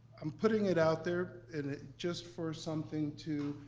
um putting it out there and it just for something to,